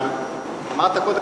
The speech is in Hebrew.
אבל אמרת קודם,